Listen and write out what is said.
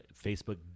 Facebook